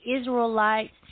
Israelites